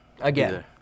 Again